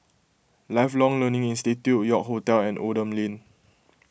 Lifelong Learning Institute York Hotel and Oldham Lane